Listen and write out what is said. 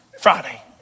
Friday